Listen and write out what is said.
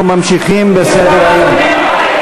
אנחנו ממשיכים בסדר-היום.